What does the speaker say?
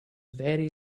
very